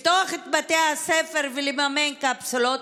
לפתוח את בתי הספר ולממן קפסולות,